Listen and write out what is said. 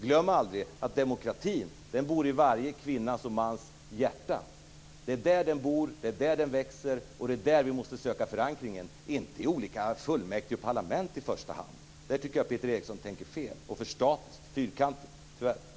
Glöm aldrig att demokratin bor i varje kvinnas och mans hjärta! Det är där den bor och växer och det är där vi måste söka förankring - inte i första hand i olika fullmäktige och parlament. Där tycker jag att Peter Eriksson tänker fel. Där tänker han, tyvärr, alltför statiskt och fyrkantigt.